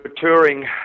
touring